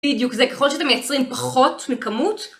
בדיוק זה, ככל שאתם מייצרים פחות מכמות...